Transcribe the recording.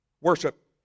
worship